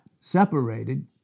separated